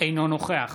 אינו נוכח